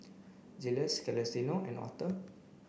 Jiles Celestino and Authur